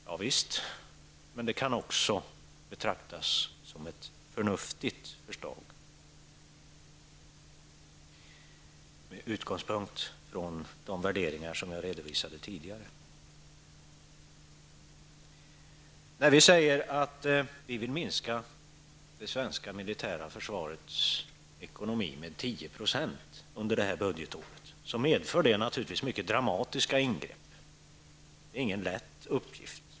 Javisst, men det kan också betraktas som ett förnuftigt förslag, med utgångspunkt i de värderingar som jag har redovisat här tidigare. När vi säger att vi vill minska det svenska militära försvarets ekonomi med 10 % under det här budgetåret medför det naturligtvis mycket dramatiska ingrepp. Det är ingen lätt uppgift.